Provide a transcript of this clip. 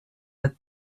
had